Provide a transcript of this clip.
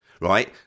right